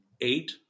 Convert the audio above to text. eight